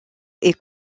est